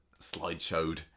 slideshowed